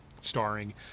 starring